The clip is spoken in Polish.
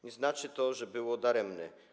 Nie znaczy to, że było daremne.